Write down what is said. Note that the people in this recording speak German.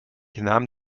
nahm